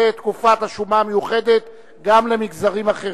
תקופת השומה המיוחדת גם למגזרים אחרים.